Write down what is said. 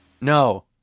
No